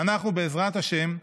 ואנחנו, בעזרת השם,